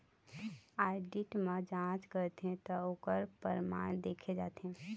audit म जांच करथे त ओखर परमान देखे जाथे